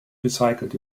recycelt